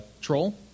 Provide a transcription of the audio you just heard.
troll